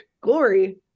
Glory